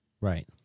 right